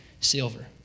silver